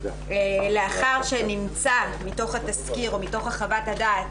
לאחר שנמצא מתוך התסקיר או מתוך חוות הדעת,